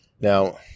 Now